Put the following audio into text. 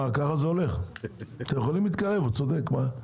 אתם יכולים להתקרב, הוא צודק.